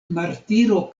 martiro